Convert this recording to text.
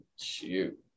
Shoot